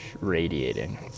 radiating